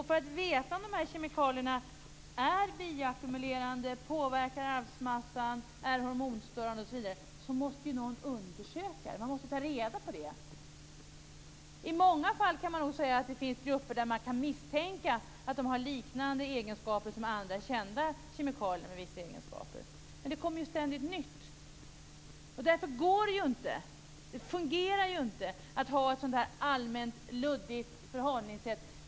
För att veta om de här kemikalierna är bioackumulerande, om de påverkar arvsmassan om de är hormonstörande osv. måste ju någon undersöka detta - man måste ta reda på detta. I många fall kan det nog sägas att det finns grupper där man kan misstänka liknande egenskaper som hos andra kända kemikalier med vissa egenskaper. Men det kommer ju ständigt nytt. Därför går det inte, fungerar det inte, att ha ett allmänt luddigt förhållningssätt.